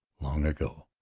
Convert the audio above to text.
long ago.